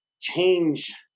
change